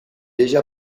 déjà